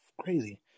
crazy